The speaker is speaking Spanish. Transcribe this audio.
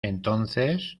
entonces